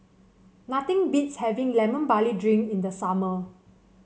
nothing beats having Lemon Barley Drink in the summer